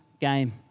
game